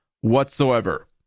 whatsoever